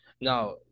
Now